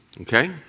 Okay